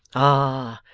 ah!